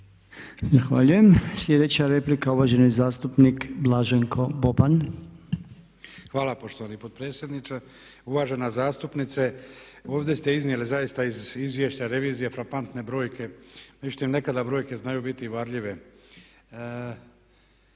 Sljedeće replika uvaženi zastupnik Blaženko Boban. **Boban, Blaženko (HDZ)** Hvala poštovani potpredsjedniče, uvažena zastupnice. Ovdje ste iznijeli zaista iz izvješća revizije frapantne brojke. Međutim, nekada brojke znaju biti varljive.